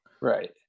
Right